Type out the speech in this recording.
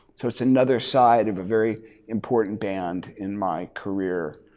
so it's another side of a very important band in my career.